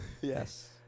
Yes